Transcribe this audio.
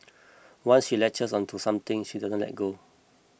once she latches onto something she doesn't let go